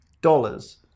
dollars